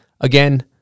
Again